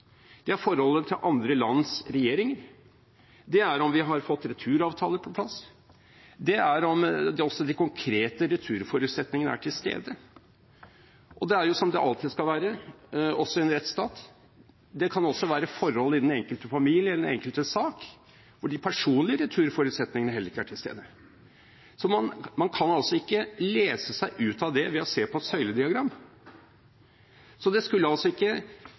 det er forholdet til andre lands regjeringer, det er om vi har fått returavtaler på plass, det er om også de konkrete returforutsetningene er til stede. Og det kan jo også – som det alltid skal være også i en rettsstat – være forhold i den enkelte familie eller i den enkeltes sak hvor de personlige returforutsetningene heller ikke er til stede. Så man kan altså ikke lese dette ut fra et søylediagram. Man skal ha en usedvanlig livlig fantasi – antagelig så livlig at man ikke